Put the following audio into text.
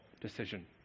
decision